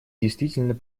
действительно